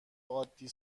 عادی